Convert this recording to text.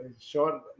sure